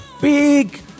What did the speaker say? big